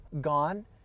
gone